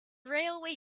railway